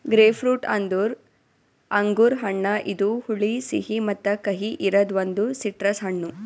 grapefruit ಅಂದುರ್ ಅಂಗುರ್ ಹಣ್ಣ ಇದು ಹುಳಿ, ಸಿಹಿ ಮತ್ತ ಕಹಿ ಇರದ್ ಒಂದು ಸಿಟ್ರಸ್ ಹಣ್ಣು